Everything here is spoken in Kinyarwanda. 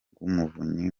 rw’umuvunyi